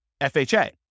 FHA